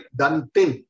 dantin